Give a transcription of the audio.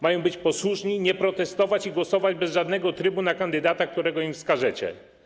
Mają być posłuszni, nie protestować i głosować bez żadnego trybu na kandydata, którego im wskażecie.